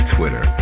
Twitter